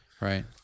Right